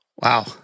Wow